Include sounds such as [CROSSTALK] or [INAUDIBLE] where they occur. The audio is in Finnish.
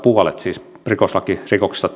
[UNINTELLIGIBLE] puolet meidän rikoslakirikoksistamme [UNINTELLIGIBLE]